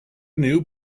knew